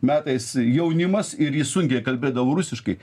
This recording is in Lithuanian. metais jaunimas ir jis sunkiai kalbėdavo rusiškai